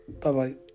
Bye-bye